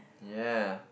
ya